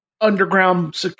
Underground